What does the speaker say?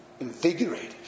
invigorated